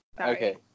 Okay